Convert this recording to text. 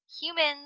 humans